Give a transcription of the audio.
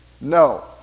No